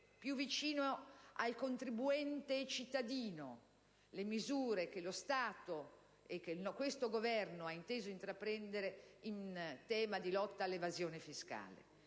più vicino al contribuente-cittadino le misure che questo Governo ha inteso intraprendere in tema di lotta all'evasione fiscale.